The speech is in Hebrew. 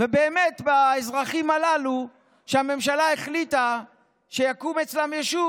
ובאמת לגבי האזרחים הללו שהממשלה החליטה שיקום אצלם יישוב,